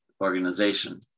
organization